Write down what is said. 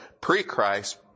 pre-Christ